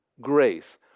grace